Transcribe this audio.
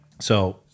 So-